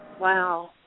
Wow